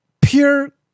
Pure